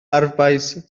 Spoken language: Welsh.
arfbais